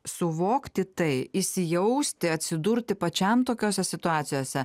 suvokti tai įsijausti atsidurti pačiam tokiose situacijose